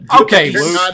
Okay